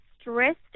stressed